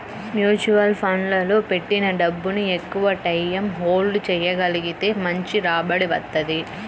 mutual ఫండ్లలో పెట్టిన డబ్బుని ఎక్కువటైయ్యం హోల్డ్ చెయ్యగలిగితే మంచి రాబడి వత్తది